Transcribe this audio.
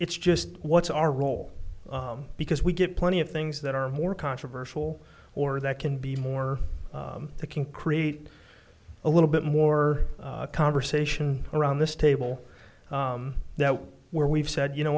it's just what's our role because we get plenty of things that are more controversial or that can be more that can create a little bit more conversation around this table now where we've said you know